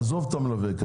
עזוב כרגע את המלווה,